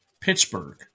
Pittsburgh